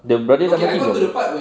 the brother mati ke belum